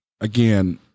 Again